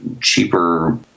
cheaper